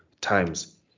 times